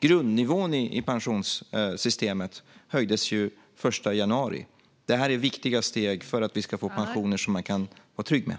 Grundnivån i pensionssystemet höjdes den 1 januari. Det här är viktiga steg för att vi ska få pensioner som man kan vara trygg med.